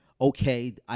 okay